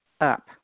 up